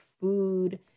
food